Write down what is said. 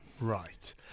Right